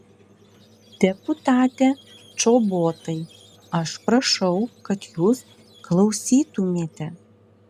deputate čobotai aš prašau kad jūs klausytumėte